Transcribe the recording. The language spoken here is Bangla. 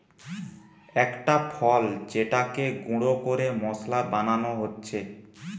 একটা ফল যেটাকে গুঁড়ো করে মশলা বানানো হচ্ছে